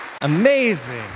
amazing